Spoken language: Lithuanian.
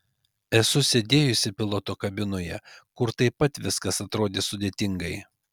esu sėdėjusi piloto kabinoje kur taip pat viskas atrodė sudėtingai